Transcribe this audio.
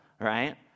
right